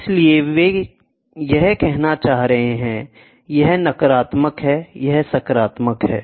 इसलिए वे यह कहना चाह रहे हैं यह नकारात्मक है यह सकारात्मक है